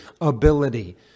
ability